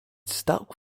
stuck